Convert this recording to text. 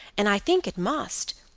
and i think it must,